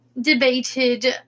debated